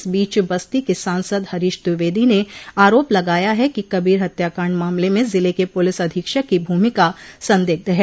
इस बीच बस्ती के सांसद हरीश द्विवेदी ने आरोप लगाया है कि कबीर हत्या कांड मामले में जिले के पुलिस अधीक्षक की भूमिका संदिग्ध है